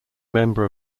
member